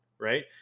Right